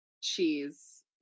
cheese